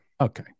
Okay